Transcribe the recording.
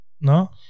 No